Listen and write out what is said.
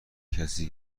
کسی